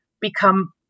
become